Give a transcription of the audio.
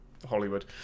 Hollywood